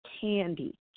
candy